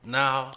now